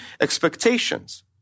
expectations